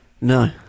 No